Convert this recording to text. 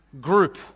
group